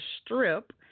Strip